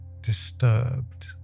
disturbed